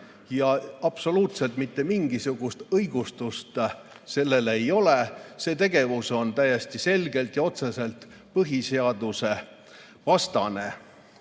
ole absoluutselt mitte mingisugust õigustust. See tegevus on täiesti selgelt ja otseselt põhiseadusvastane.